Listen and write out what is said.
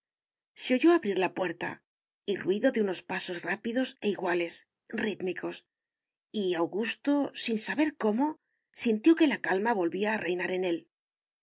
se oyó abrir la puerta y ruido de unos pasos rápidos e iguales rítmicos y augusto sin saber cómo sintió que la calma volvía a reinar en él